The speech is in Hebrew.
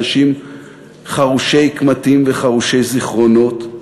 אנשים חרושי קמטים וחרושי זיכרונות.